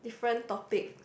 different topic